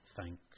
thanks